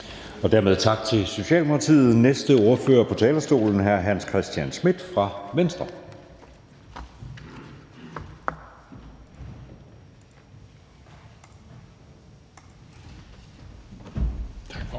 Dermed tak til Socialdemokratiet. Den næste ordfører på talerstolen er hr. Hans Christian Schmidt fra Venstre. Kl.